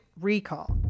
recall